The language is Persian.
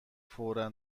فورا